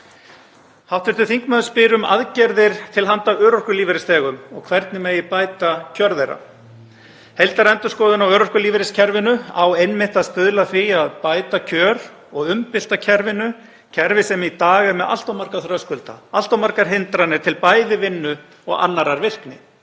Hv. þingmaður spyr um aðgerðir til handa örorkulífeyrisþegum og hvernig megi bæta kjör þeirra. Heildarendurskoðun á örorkulífeyriskerfinu á einmitt að stuðla að því að bæta kjör og umbylta kerfinu, kerfi sem í dag er með allt of marga þröskulda, allt of margar hindranir til bæði vinnu og annarrar virkni.